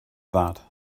that